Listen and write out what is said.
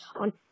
on